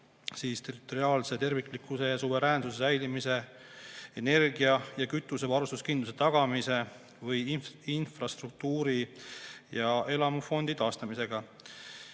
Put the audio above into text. territoriaalse terviklikkuse ja suveräänsuse säilimise, energia- ja kütusevarustuskindluse tagamise või infrastruktuuri ja elamufondi taastamisega.